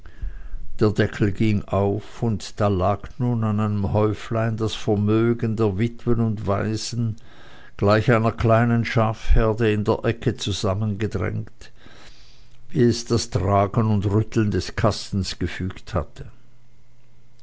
der deckel ging auf und da lag nun an einem häuflein das vermögen der witwen und waisen gleich einer kleinen schafherde in der ecke zusammengedrängt wie es das tragen und rütteln des kastens gefügt hatte